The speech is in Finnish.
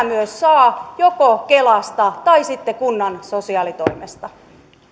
myös saa joko kelasta tai sitten kunnan sosiaalitoimesta